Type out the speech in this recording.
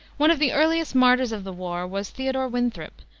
one of the earliest martyrs of the war was theodore winthrop,